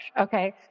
okay